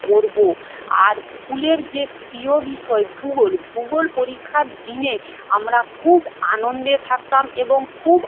করবো আর স্কুলের যে প্রিয় বিষয় ভূগোল ভূগোল পরীক্ষার দিনে আমরা খুব আনন্দে থাকতাম এবং খুব